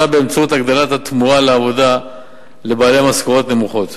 באמצעות הגדלת התמורה לעבודה לבעלי משכורות נמוכות.